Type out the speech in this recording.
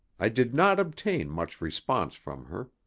i did not obtain much response from her.